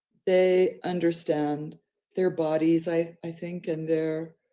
they understand their bodies, i i think, and they're,